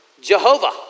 jehovah